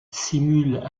simule